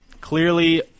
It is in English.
clearly